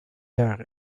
jaar